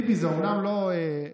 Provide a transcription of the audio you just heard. טיבי, זה אומנם לא רפואה,